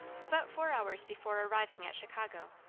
about four hours before arriving at chicago,